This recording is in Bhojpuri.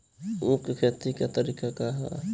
उख के खेती का तरीका का बा?